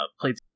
played